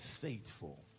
faithful